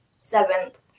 Seventh